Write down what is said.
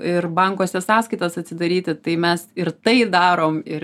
ir bankuose sąskaitas daryti tai mes ir tai darom ir